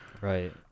Right